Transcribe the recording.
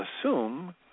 assume